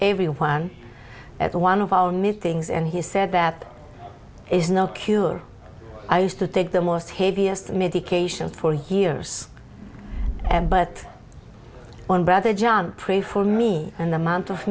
everyone at one of our meetings and he said there is no cure i used to take the most heaviest medication for hears and but one brother john pray for me and the month of